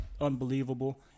unbelievable